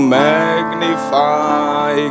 magnify